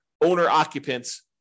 owner-occupants